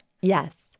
Yes